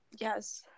Yes